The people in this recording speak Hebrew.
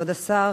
כבוד השר,